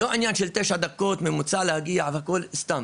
לא עניין של ממוצע תשע דקות הגעה והכול סתם.